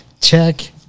check